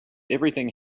everything